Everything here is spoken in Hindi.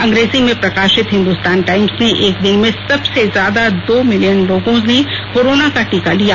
अंग्रेजी में प्रकाशित हिंदुस्तान टाइम्स ने एक दिन में सबसे ज्यादा दो मिलियन लोगों ने कोरोना का टीका लिया